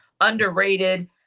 underrated